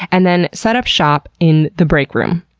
and then set up shop in the breakroom,